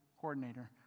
coordinator